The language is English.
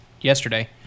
yesterday